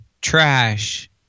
trash